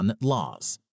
laws